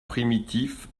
primitifs